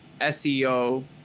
SEO